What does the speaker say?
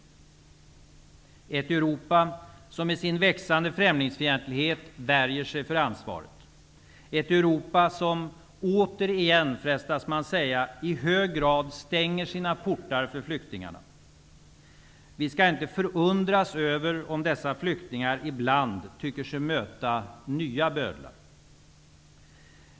Jo, ett Europa som med sin växande främlingsfientlighet värjer sig för ansvaret. Ett Europa som återigen -- frestas man säga -- i hög grad stänger sina portar för flyktingarna. Vi skall inte förundras över om dessa flyktingar ibland tycker sig möta nya bödlar.